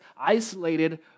isolated